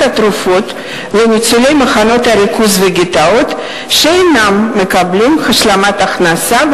התרופות לניצולי מחנות הריכוז והגטאות שאינם מקבלים השלמת הכנסה,